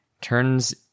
turns